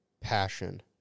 passion